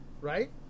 right